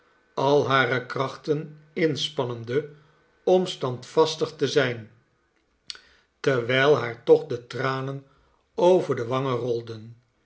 al hare krachten inspannende om standvastig te zijn terwijl haar toch de tranen over de wangen rolden